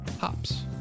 hops